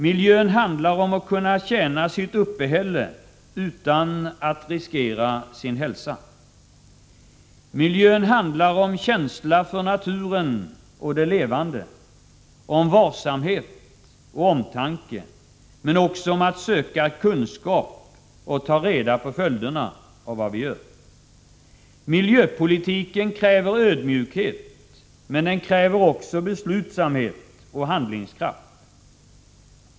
Miljön handlar om att människor skall kunna tjäna sitt uppehälle utan att riskera sin hälsa. Miljön handlar om känslan för naturen och det levande, om varsamhet och omtanke men också om att söka kunskap och ta reda på följderna av vad vi gör. Miljöpolitiken kräver ödmjukhet men också beslutsamhet och handlingskraft.